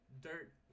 dirt